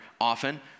often